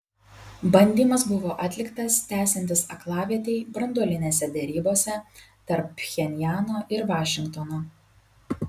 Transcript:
bandymas buvo atliktas tęsiantis aklavietei branduolinėse derybose tarp pchenjano ir vašingtono